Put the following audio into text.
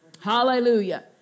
Hallelujah